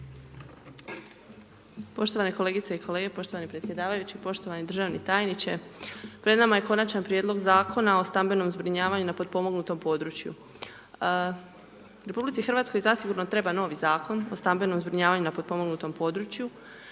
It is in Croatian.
Poštovane kolegice i kolege, poštovani predsjedavajući, poštovani državni tajniče pred nama je Konačni prijedlog Zakona o stambenom zbrinjavanju na potpomognutom području. RH zasigurno treba novi Zakon o stambenom zbrinjavaju na potpomognutom području,